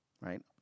right